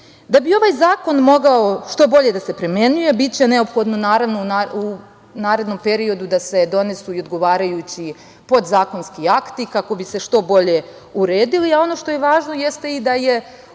bi ovaj zakon mogao što bolje da se primenjuje biće neophodno, naravno, u narednom periodu da se donesu i odgovarajući podzakonski akti, kako bi se što bolje uredili, a ono što je važno jeste i da je